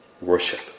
worship